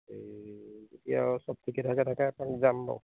এই তেতিয়া সব ঠিকে থাকে থাকে এপাক যাম বাৰু